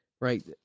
right